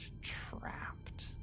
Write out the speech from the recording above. trapped